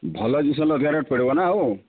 ଭଲ ଜିନିଷ ହେଲେ ଅଧିକା ରେଟ ପଡ଼ିବ ନା ଆଉ